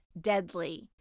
deadly